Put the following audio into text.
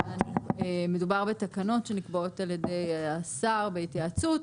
מדובר בתקנות שנקבעות על ידי השר בהתייעצות,